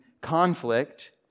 conflict